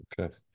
Okay